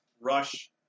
rush